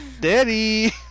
Daddy